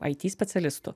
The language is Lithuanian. ai ty specialistų